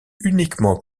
uniquement